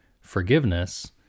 forgiveness